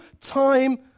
time